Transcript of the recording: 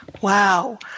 Wow